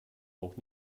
auch